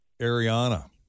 Ariana